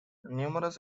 numerous